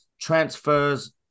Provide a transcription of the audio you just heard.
transfers